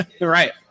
Right